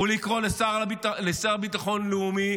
הוא לקרוא לשר לביטחון לאומי,